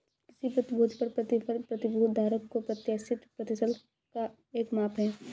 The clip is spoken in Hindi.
किसी प्रतिभूति पर प्रतिफल प्रतिभूति धारक को प्रत्याशित प्रतिफल का एक माप है